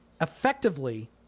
effectively